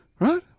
Right